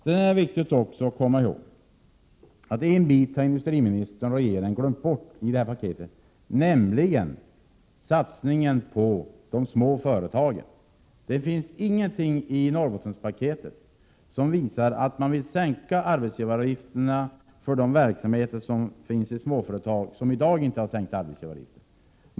Sedan är det också viktigt att komma ihåg att regeringen och industriministern har glömt bort en bit i det här paketet, nämligen satsningen på de små företagen. Det finns ingenting i Norrbottenspaketet som visar att man vill sänka arbetsgivaravgifterna för verksamheter i småföretag som i dag inte har sänkta arbetsgivaravgifter.